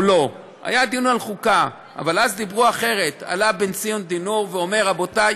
או שניסית לטשטש את ההבחנה בין מדינת ישראל בגבולות הקו הירוק,